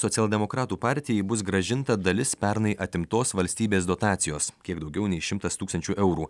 socialdemokratų partijai bus grąžinta dalis pernai atimtos valstybės dotacijos kiek daugiau nei šimtas tūkstančių eurų